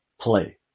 play